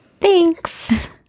Thanks